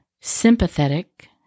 sympathetic